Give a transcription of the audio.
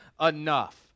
enough